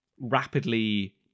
rapidly